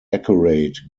accurate